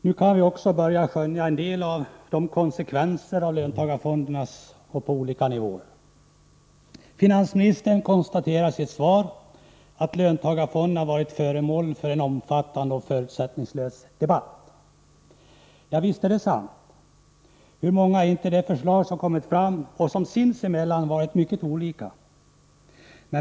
Nu kan vi på olika nivåer skönja en del av konsekvenserna av löntagarfonderna. Finansministern konstaterar i sitt svar att dessa varit föremål för en omfattande och förutsättningslös debatt. Ja visst, det är sant. Hur många är inte de förslag som lagts fram och som sinsemellan varit mycket olika?